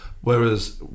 Whereas